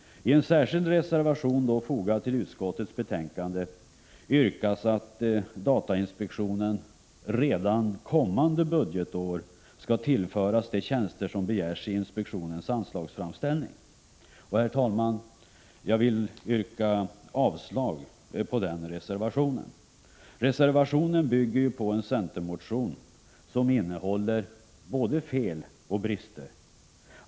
I en reservation fogad till utskottets betänkande yrkas att datainspektionen redan kommande budgetår skall tillföras de tjänster som begärts i inspektionens anslagsframställning. Herr talman! Jag yrkar avslag på denna reservation. Reservationen bygger på en centermotion som innehåller både fel och brister.